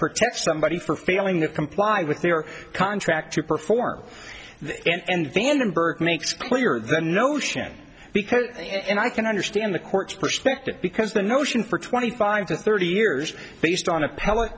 protect somebody for failing to comply with their contract to perform and vandenberg makes clear the notion because and i can understand the court's perspective because the notion for twenty five to thirty years based on